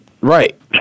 Right